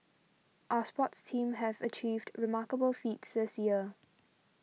our sports teams have achieved remarkable feats this year